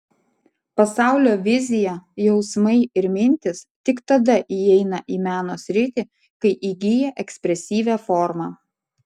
pasaulio vizija jausmai ir mintys tik tada įeina į meno sritį kai įgyja ekspresyvią formą